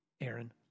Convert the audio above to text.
Aaron